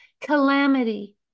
Calamity